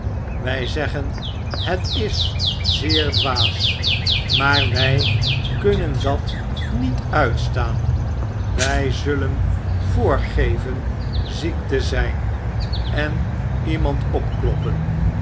wij zeggen het is zeer dwaas maar wy kunnen dat niet uitstaan wy zullen voorgeven ziek te zyn en iemand opkloppen